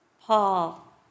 Paul